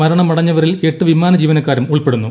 മരണമടഞ്ഞവരിൽ എട്ട് വിമാന ജീവനക്കാരും ഉൾപ്പെടുന്നു